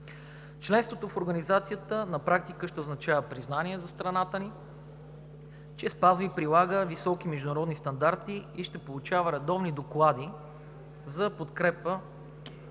Членството в Организацията на практика ще означава признание за страната ни, че спазва и прилага високи международни стандарти и ще получава редовни доклади за